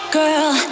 girl